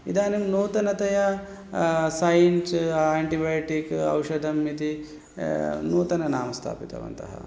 इदानीं नूतनतया सैन्स् एण्टिबयोटिक् औषधम् इति नूतननाम स्थापितवन्तः